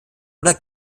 oder